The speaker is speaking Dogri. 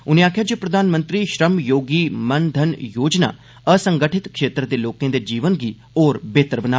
उनें आक्खेआ जे प्रधानमंत्री श्रम योगी मन धन योजना असंगठित क्षेत्र दे लोकें दे जीवन गी होर बेहतर बनाग